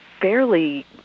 fairly